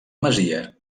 masia